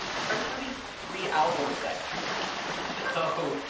prince released three albums that year so.